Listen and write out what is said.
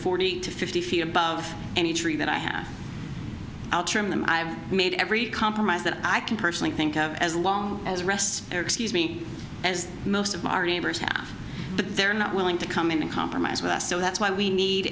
forty to fifty feet above any tree that i have i'll trim them i've made every compromise that i can personally think of as long as rests excuse me as most of our neighbors have but they're not willing to come in and compromise with us so that's why we need